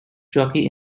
jockey